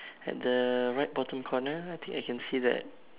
at the right bottom corner I think I can see that